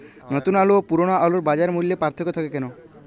নতুন আলু ও পুরনো আলুর বাজার মূল্যে পার্থক্য থাকে কেন?